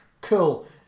Cool